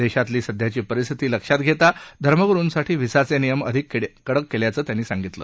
देशातली सध्याची परिस्थिती लक्षात घेता धर्मगुरूंसाठी व्हिसाचे नियम अधिक कडक केल्याचं त्यांनी सांगितलं